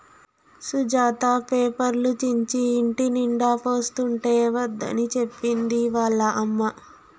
సుజాత పేపర్లు చించి ఇంటినిండా పోస్తుంటే వద్దని చెప్పింది వాళ్ళ అమ్మ